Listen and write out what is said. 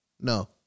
No